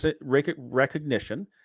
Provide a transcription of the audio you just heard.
recognition